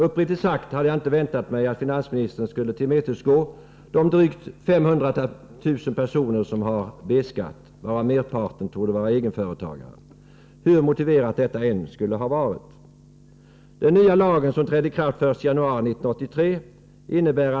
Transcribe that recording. Uppriktigt sagt hade jag inte väntat mig att finansministern skulle tillmötesgå de drygt 500 000 personer som har B-skatt, varav merparten torde vara — Nr 140 egenföretagare, hur motiverat detta än skulle ha varit.